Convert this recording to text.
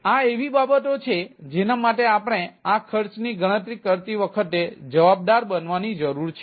તેથી આ એવી બાબતો છે જેના માટે આપણે આ ખર્ચની ગણતરી કરતી વખતે જવાબદાર બનવાની જરૂર છે